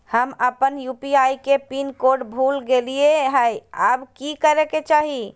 हम अपन यू.पी.आई के पिन कोड भूल गेलिये हई, अब की करे के चाही?